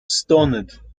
stoned